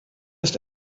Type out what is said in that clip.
ist